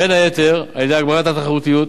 בין היתר על-ידי הגברת התחרותיות.